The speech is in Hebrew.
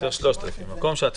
מי משלם על זה ומה העלויות?